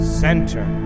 center